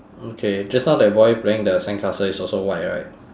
okay just now that boy playing the sandcastle is also white right